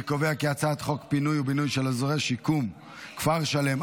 אני קובע כי הצעת חוק בינוי ופינוי של אזורי שיקום (כפר שלם),